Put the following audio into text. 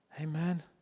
Amen